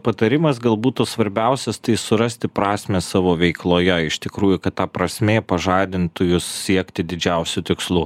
patarimas gal būtų svarbiausias tai surasti prasmę savo veikloje iš tikrųjų kad ta prasmė pažadintų jus siekti didžiausių tikslų